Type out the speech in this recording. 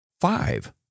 five